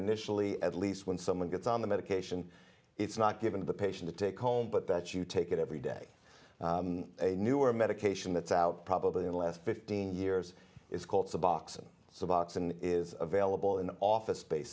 initially at least when someone gets on the medication it's not given the patient a take home but that you take it every day a newer medication that's out probably in the last fifteen years is called suboxone suboxone is available in the office space